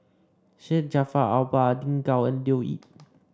Syed Jaafar Albar Lin Gao and Leo Yip